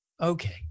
Okay